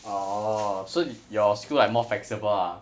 orh so your school like more flexible ah